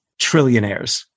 trillionaires